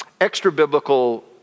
extra-biblical